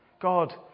God